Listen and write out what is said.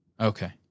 Okay